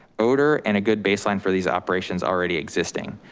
odor and a good baseline for these operations already existing.